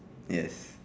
yes